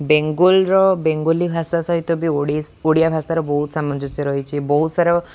ବେଙ୍ଗଲର ବେଙ୍ଗଲୀ ଭାଷା ସହିତ ବି ଓଡ଼ି ଓଡ଼ିଆ ଭାଷାର ବହୁତ ସାମଞ୍ଜସ୍ୟ ରହିଛି ବହୁତ ସାରା